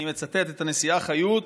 אני מצטט את הנשיאה חיות: